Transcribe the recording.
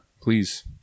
please